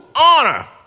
Honor